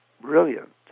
brilliant